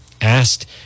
asked